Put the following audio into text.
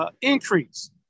Increase